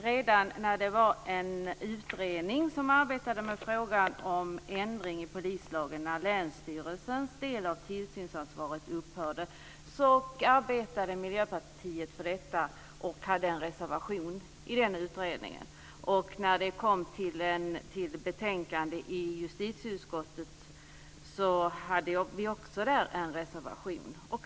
Redan när en utredning såg över frågan om ändring i polislagen när länsstyrelsens del av tillsynsansvaret upphörde arbetade Miljöpartiet för detta och avgav en reservation i den utredningen. När det kom till ett betänkande av justitieutskottet hade vi också där en reservation.